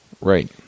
Right